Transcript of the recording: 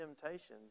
temptations